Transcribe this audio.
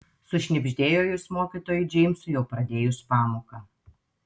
sušnibždėjo jis mokytojui džeimsui jau pradėjus pamoką